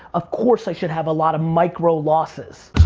of course i should have a lot of micro-losses.